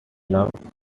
love